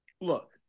look